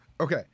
okay